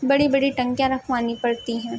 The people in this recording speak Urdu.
بڑی بڑی ٹنکیاں رکھوانی پڑتی ہیں